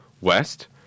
West